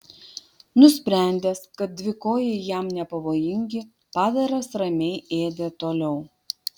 nusprendęs kad dvikojai jam nepavojingi padaras ramiai ėdė toliau